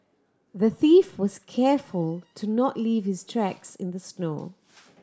the thief was careful to not leave his tracks in the snow